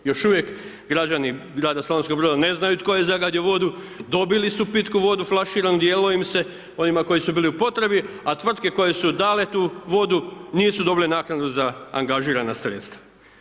Još uvijek građani grada Slavonskog Broda ne znaju tko je zagadio vodu, dobili su pitku vodu flaširanu, dijelilo im se, ovima koji su bili u potrebi, a tvrtke koje su dale tu vodu, nisu dobile naknadu za angažirana sredstva.